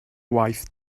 waith